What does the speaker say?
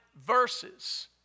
verses